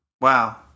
Wow